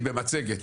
במצגת.